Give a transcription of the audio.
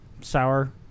sour